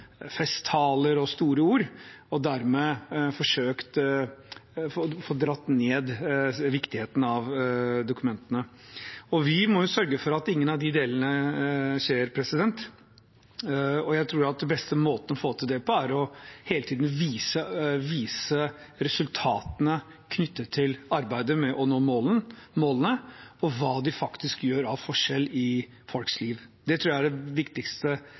festtaler og store ord. Dermed blir det forsøkt å nedvurdere viktigheten av dokumentene. Vi må sørge for at ingen av de delene skjer. Jeg tror at den beste måten å få til det på er hele tiden å vise resultatene knyttet til arbeidet med å nå målene og hvilken forskjell de faktisk utgjør i folks liv. Det tror jeg er det viktigste